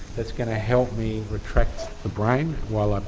that's going to help me retract the brain while ah